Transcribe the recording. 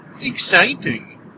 Exciting